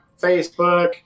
Facebook